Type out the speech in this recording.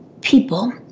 people